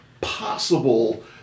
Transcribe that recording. possible